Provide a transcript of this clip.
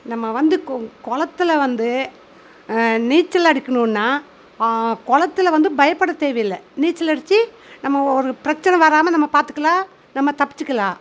நம்ம வந்து கொ குளத்துல வந்து நீச்சல் அடிக்கணுன்னா குளத்துல வந்து பயப்படத் தேவையில்லை நீச்சல் அடிச்சு நம்ம ஒரு பிரச்சனை வராமல் நம்ம பார்த்துக்கலாம் நம்ம தப்பிச்சுக்கலாம்